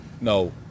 No